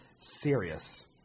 serious